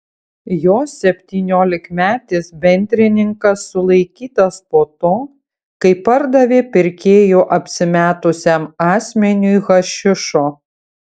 jo septyniolikmetis bendrininkas sulaikytas po to kai pardavė pirkėju apsimetusiam asmeniui hašišo